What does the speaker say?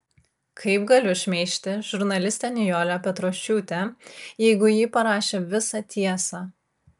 kaip galiu šmeižti žurnalistę nijolę petrošiūtę jeigu ji parašė visą tiesą